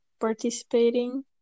participating